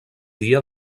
dia